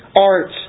arts